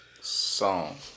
song